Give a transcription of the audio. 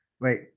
Wait